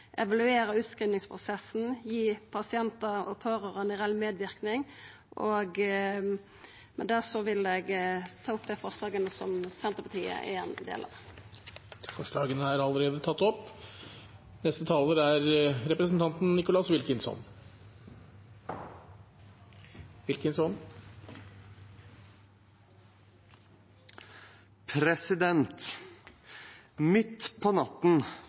evaluera utskrivingsprosessen og gi pasientar og pårørande reell medverknad. Med det vil eg anbefala dei forslaga som Senterpartiet er ein del av. Midt på natten